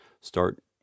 start